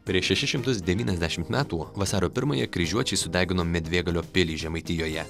prieš šešis šimtus devyniasdešimt metų vasario pirmąją kryžiuočiai sudegino medvėgalio pilį žemaitijoje